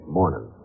morning